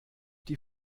die